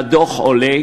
מהדוח עולה,